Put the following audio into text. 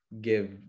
give